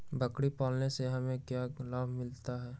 बकरी पालने से हमें क्या लाभ मिलता है?